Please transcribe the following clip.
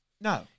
No